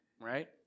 right